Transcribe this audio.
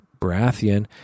Baratheon